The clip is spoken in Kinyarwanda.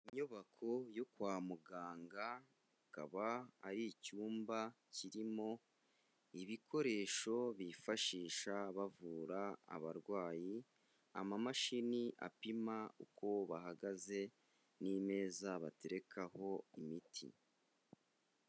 Inyubako yo kwa muganga ikaba ari icyumba kirimo ibikoresho bifashisha bavura abarwayi, amamashini apima uko bahagaze n'imeza baterekaho imiti.